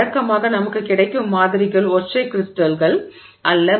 வழக்கமாக நமக்கு கிடைக்கும் மாதிரிகள் ஒற்றை கிரிஸ்டல்கள் அல்ல